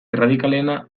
erradikalena